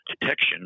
detection